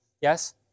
Yes